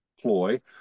ploy